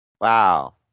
Wow